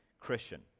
Christian